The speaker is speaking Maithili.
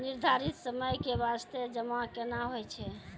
निर्धारित समय के बास्ते जमा केना होय छै?